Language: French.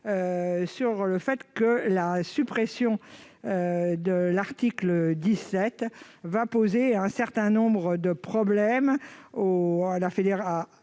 sur le fait que la suppression de l'article 17 posera un certain nombre de problèmes